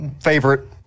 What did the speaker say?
favorite